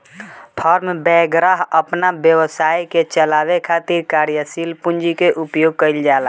form वैगरह अपना व्यवसाय के चलावे खातिर कार्यशील पूंजी के उपयोग कईल जाला